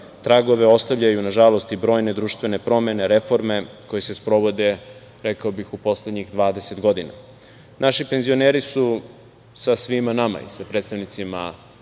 tragove ostavljaju, nažalost, i brojne društvene promene, reforme koje se sprovode, rekao bih, u poslednjih 20 godina. Naši penzioneri su sa svima nama, i sa predstavnicima